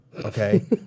okay